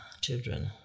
children